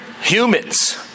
humans